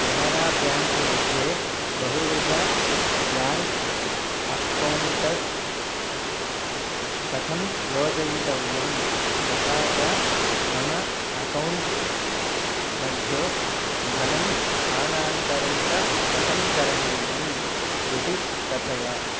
Canara bank मध्ये बहुविध bank accounts कथं योजयितव्यं तथा च मम अकौण्ट्स् मध्ये धनं स्थानान्तरञ्च कथं करणीयम् इति कथय